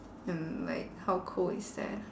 and like how cool is that